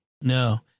No